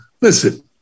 listen